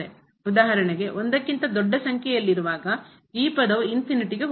ಉದಾಹರಣೆಗೆ 1 ಕ್ಕಿಂತ ದೊಡ್ಡ ಸಂಖ್ಯೆಯಲ್ಲಿರುವಾಗ ಈ ಪದವು ಗೆ ಹೋಗುತ್ತದೆ